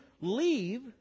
leave